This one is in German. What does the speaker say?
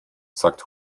sagt